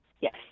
Yes